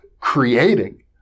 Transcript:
creating